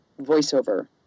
voiceover